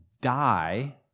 die